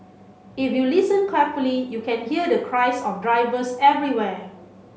if you listen carefully you can hear the cries of drivers everywhere